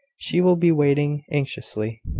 she will be waiting anxiously.